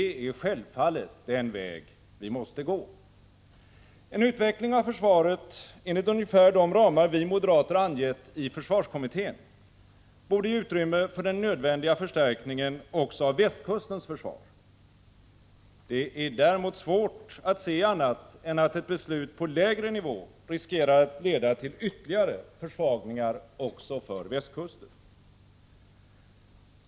Det är självfallet den vägen vi måste gå. En utveckling av försvaret enligt ungefär de ramar vi moderater angett i försvarskommittén borde ge utrymme för den nödvändiga förstärkningen också av västkustens försvar. Det är däremot svårt att se annat än att ett beslut på lägre nivå riskerar att leda till ytterligare försvagningar också för västkusten.